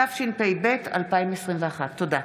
התשפ"ב 2021. תודה.